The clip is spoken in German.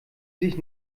sich